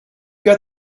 got